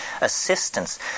assistance